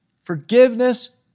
Forgiveness